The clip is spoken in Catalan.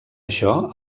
això